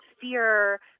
fear